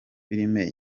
filime